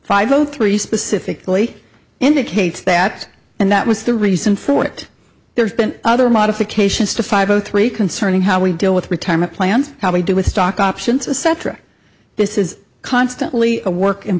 five zero three specifically indicates that and that was the reason for it there's been other modifications to five zero three concerning how we deal with retirement plans how we do with stock option to cetera this is constantly a work in